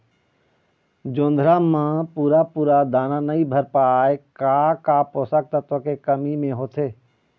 जोंधरा म पूरा पूरा दाना नई भर पाए का का पोषक तत्व के कमी मे होथे?